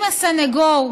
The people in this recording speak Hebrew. אם הסניגור,